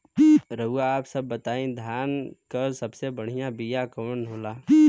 रउआ आप सब बताई धान क सबसे बढ़ियां बिया कवन होला?